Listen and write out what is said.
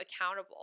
accountable